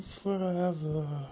forever